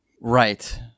Right